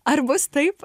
ar bus taip